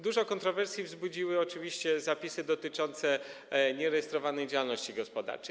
Dużo kontrowersji wzbudziły oczywiście zapisy dotyczące nierejestrowanej działalności gospodarczej.